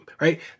right